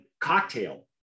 cocktail